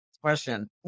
question